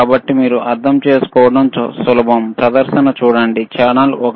కాబట్టి మీరు అర్థం చేసుకోవడం సులభం ప్రదర్శన చూడండి ఛానెల్ ఒకటి